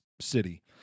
city